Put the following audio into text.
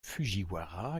fujiwara